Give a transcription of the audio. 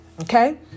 Okay